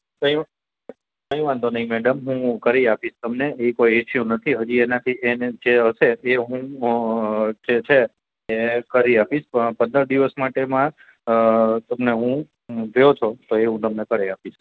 કઈ કંઈ વાંધો નઈ મેડમ હું કરી આપીસ તમને એ કોઈ ઈશ્યૂ નથી હજી એનાથી એન એચ જે હશે તે હું જે છે એ કરી આપીશ પણ પંદર દિવસ માટેમાં તમને હું હું લ્યો છો એ હું તમને કરી આપીસ